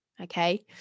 okay